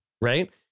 right